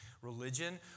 Religion